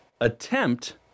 attempt